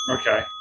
Okay